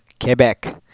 Quebec